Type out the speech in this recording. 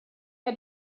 had